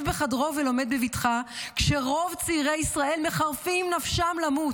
בחדרו ולומד בבטחה כשרוב צעירי ישראל מחרפים נפשם למות.